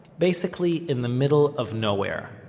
basically in the middle of nowhere,